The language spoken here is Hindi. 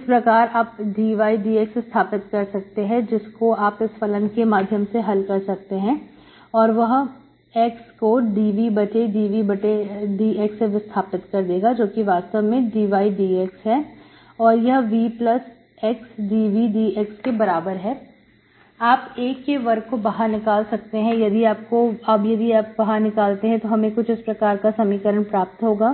इस प्रकार आप dydxस्थापित कर सकते हैं जिसको आप इस फलन के माध्यम से हल कर सकते हैं और वह x को dV बटे dVdx से विस्थापित कर देगा जो कि वास्तव में dydx है और यह Vx dVdx के बराबर है आप एक के वर्क को बाहर निकाल सकते हैं यदि आपको बाहर निकालते हैं तो हमें कुछ इस प्रकार का समीकरण प्राप्त होगा